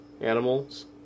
animals